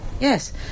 Yes